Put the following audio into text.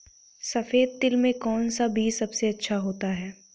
सफेद तिल में कौन सा बीज सबसे अच्छा होता है?